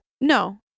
no